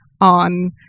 on